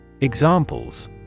Examples